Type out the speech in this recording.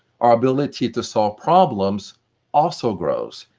our ability to solve problems also grows,